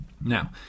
Now